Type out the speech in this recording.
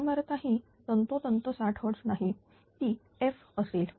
वारंवारता ही तंतोतंत 60 hertz नाही ती F असेल